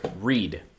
read